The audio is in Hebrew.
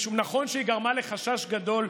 נכון שהיא גרמה לחשש גדול,